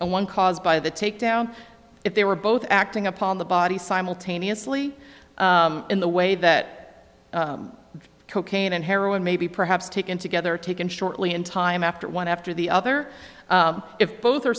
and one caused by the takedown if they were both acting upon the body simultaneously in the way that cocaine and heroin maybe perhaps taken together taken shortly in time after one after the other if both are